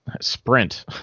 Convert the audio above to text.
sprint